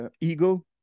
ego